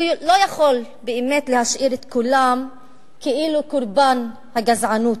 הוא לא יכול להשאיר את כולם כאילו קורבן הגזענות.